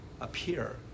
appear